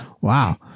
Wow